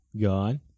God